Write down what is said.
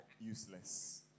useless